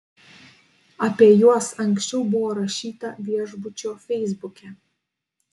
apie juos anksčiau buvo rašyta viešbučio feisbuke